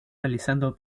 realizando